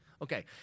Okay